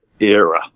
era